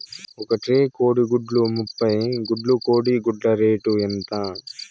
ఒక ట్రే కోడిగుడ్లు ముప్పై గుడ్లు కోడి గుడ్ల రేటు ఎంత?